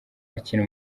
akina